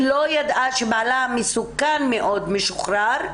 היא לא ידעה שבעלה מסוכן מאוד משוחרר.